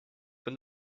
been